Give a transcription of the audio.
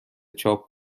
چاپ